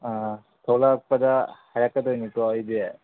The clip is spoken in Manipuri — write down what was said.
ꯑꯥ ꯊꯣꯂꯛꯄꯗ ꯍꯥꯏꯔꯛꯀꯗꯣꯏꯅꯤꯀꯣ ꯑꯩꯗꯤ